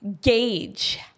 gauge